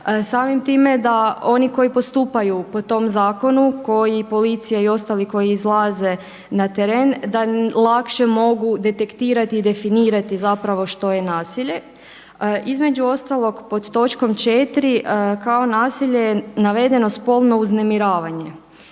samim time da oni koji postupaju po tom zakonu koji policija i ostali koji izlaze na teren da lakše mogu detektirati i definirati zapravo što je nasilje. Između ostalog pod točkom 4. kao nasilje je navedeno spolno uznemiravanje.